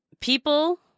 people